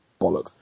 bollocks